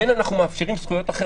כן, אנחנו מאפשרים זכויות אחרות.